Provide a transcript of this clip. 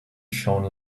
shone